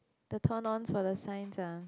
the turn ons for the signs ah